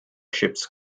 ships